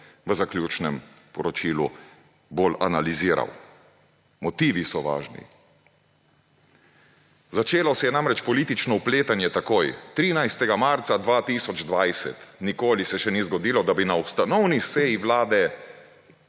v zaključnem poročilu bolj analiziral. Motivi so važni. Začelo se je namreč politično vpletanje takoj, 13. marca 2020. Nikoli se še ni zgodilo, da bi na ustanovni seji Vlade